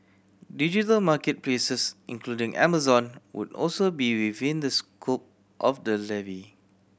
digital market places including Amazon would also be within the scope of the levy